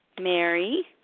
Mary